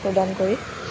প্ৰদান কৰি